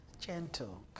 Gentle